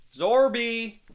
Zorby